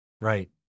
Right